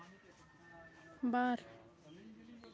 ᱵᱟᱨ